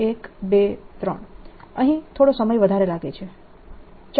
1 2 3 અહીં થોડો સમય વધારે લાગે છે